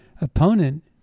opponent